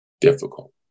difficult